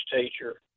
teacher